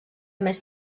més